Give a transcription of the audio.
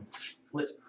split